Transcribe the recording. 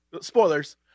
Spoilers